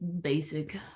basic